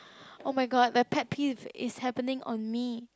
oh-my-god my pet peeve is happening on me